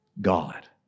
God